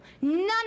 none